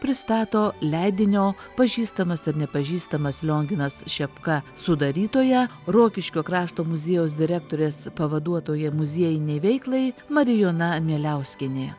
pristato leidinio pažįstamas ir nepažįstamas lionginas šepka sudarytoja rokiškio krašto muziejaus direktorės pavaduotoja muziejinei veiklai marijona mieliauskienė